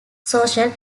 social